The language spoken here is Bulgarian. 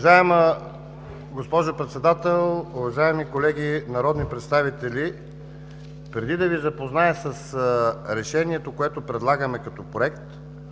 Уважаема госпожо Председател, уважаеми колеги народни представители! Преди да Ви запозная с решението, което предлагаме като Проект,